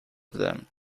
them